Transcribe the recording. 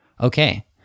Okay